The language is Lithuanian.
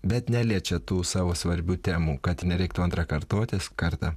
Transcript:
bet neliečia tų savo svarbių temų kad nereiktų antrą kartotis kartą